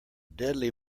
deadly